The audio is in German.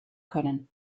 können